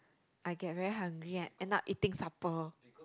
I get very hungry I end up eating supper